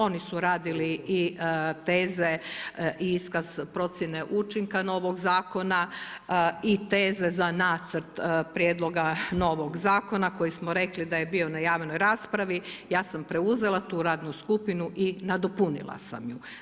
Oni su radili i teze i iskaz procjene učinka novog zakona i teze za nacrt prijedloga novog zakona koji smo rekli da je bio na javnoj raspravi, ja sam preuzela tu radnu skupinu i nadopunila sam ju.